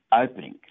opening